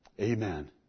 Amen